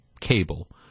cable